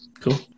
Cool